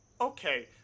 Okay